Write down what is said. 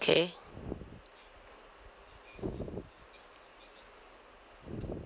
okay